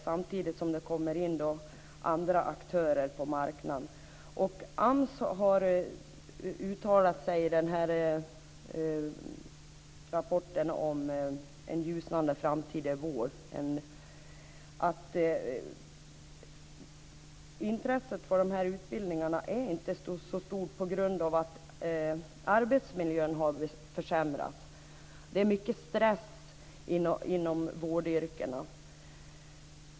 Samtidigt kommer det in andra aktörer på marknaden. AMS har uttalat sig i rapporten om en ljusnande framtid är vår att intresset för de här utbildningarna inte är så stort på grund av att arbetsmiljön har försämrats. Det är mycket stress inom vårdyrkena.